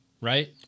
Right